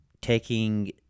taking